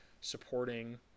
supporting